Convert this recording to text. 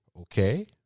Okay